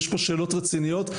יש פה שאלות רציניות,